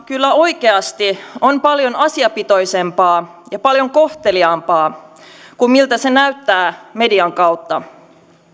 kyllä oikeasti on paljon asiapitoisempaa ja paljon kohteliaampaa kuin miltä se näyttää median kautta